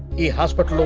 hospital?